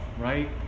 Right